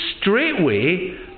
straightway